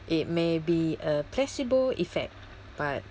it may be a placebo effect but